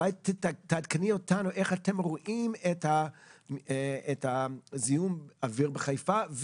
בבקשה תעדכני אותנו איך אתם רואים את זיהום האוויר בחיפה,